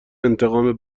انتقام